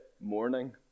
morning